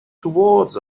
towards